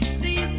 see